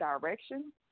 direction